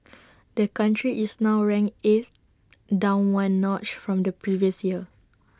the country is now ranked eighth down one notch from the previous year